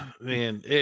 man